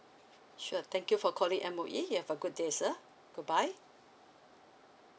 sure thank you for calling M_O_E you have a good day sir good bye